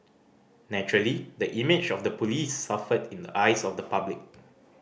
naturally the image of the police suffered in the eyes of the public